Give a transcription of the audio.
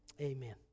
amen